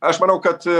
aš manau kad